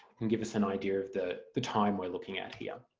can give us an idea of the the time we're looking at here.